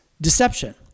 deception